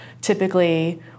typically